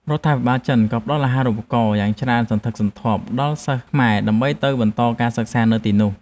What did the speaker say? រដ្ឋាភិបាលចិនក៏ផ្តល់អាហារូបករណ៍យ៉ាងច្រើនសន្ធឹកសន្ធាប់ដល់សិស្សខ្មែរដើម្បីទៅបន្តការសិក្សានៅទីនោះ។